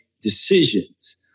decisions